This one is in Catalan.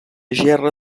gerra